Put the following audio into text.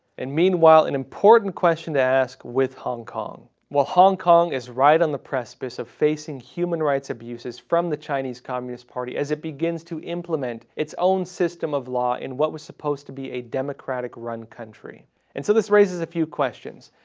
and meanwhile an important question to ask with hong kong well hong kong is right on the precipice of facing human rights abuses from the chinese communist party as it begins to implement its own system of law in what was supposed to be a democratic run country and so this raises a few questions.